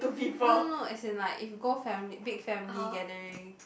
no no no as in like if you go family big family gathering